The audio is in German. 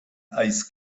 eis